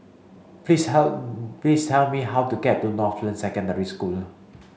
please please tell me how to get to Northland Secondary School